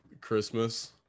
Christmas